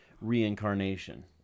reincarnation